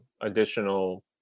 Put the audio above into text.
additional